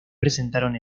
presentaron